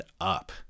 up